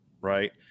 right